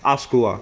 art school ah